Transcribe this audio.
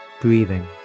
breathing